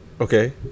Okay